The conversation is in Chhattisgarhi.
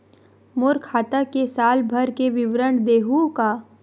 मोर खाता के साल भर के विवरण देहू का?